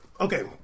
okay